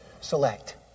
select